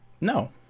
No